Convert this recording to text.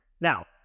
Now